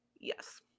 Yes